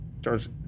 George